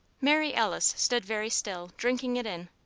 mary alice stood very still, drinking it in.